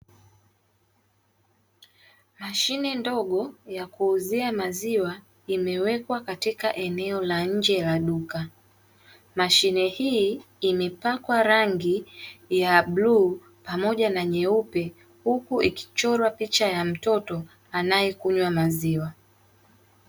Mashine ndogo ya kuuzia maziwa imewekwa katika eneo la nje ya duka mashine, hii imepakwa rangi ya bluu pamoja na nyeupe huku ikichora picha ya mtoto anayekunywa maziwa.